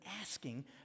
asking